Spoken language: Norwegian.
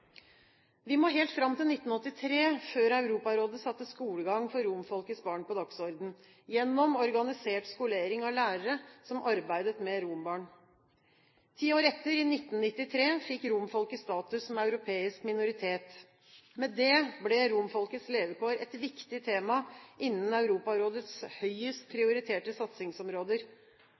Vi må helt fram til 1983 før Europarådet satte skolegang for romfolkets barn på dagsordenen, gjennom organisert skolering av lærere som arbeidet med rombarn. Ti år etter, i 1993, fikk romfolket status som europeisk minoritet. Med det ble romfolkets levekår et viktig tema innen Europarådets høyest prioriterte satsingsområder.